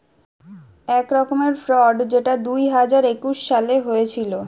এক রকমের ফ্রড যেটা দুই হাজার একুশ সালে হয়েছিল